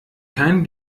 kein